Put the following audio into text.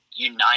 unite